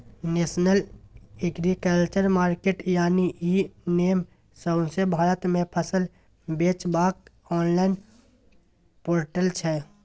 national agriculture market यानी e NAM सौंसे भारत मे फसल बेचबाक आनलॉइन पोर्टल छै